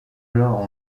alors